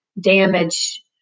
damage